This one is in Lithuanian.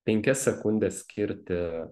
penkias sekundes skirti